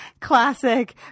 classic